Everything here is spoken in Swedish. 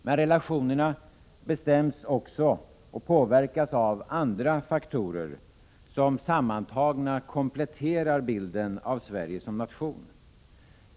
Men relationerna bestäms och påverkas också av en rad andra faktorer som sammantagna kompletterar bilden av Sverige som nation.